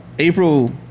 April